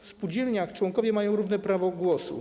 W spółdzielniach członkowie mają równe prawo głosu.